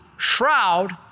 Shroud